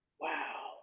Wow